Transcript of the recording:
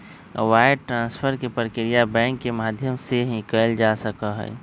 wire transfer के प्रक्रिया bank के माध्यम से ही कइल जा सका हई